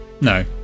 no